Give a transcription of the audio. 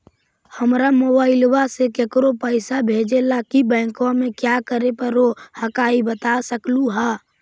हमरा मोबाइलवा से केकरो पैसा भेजे ला की बैंकवा में क्या करे परो हकाई बता सकलुहा?